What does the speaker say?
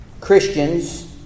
Christians